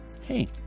hey